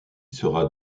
sera